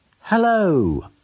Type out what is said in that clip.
Hello